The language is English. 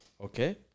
Okay